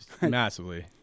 massively